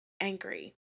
angry